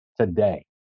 today